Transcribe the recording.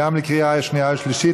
גם היא לקריאה שנייה ושלישית.